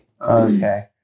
Okay